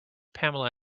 pamela